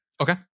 Okay